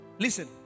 Listen